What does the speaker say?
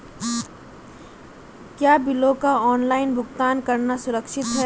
क्या बिलों का ऑनलाइन भुगतान करना सुरक्षित है?